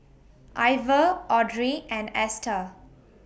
Iver Audrey and Esta